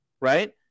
right